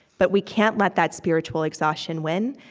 but we can't let that spiritual exhaustion win,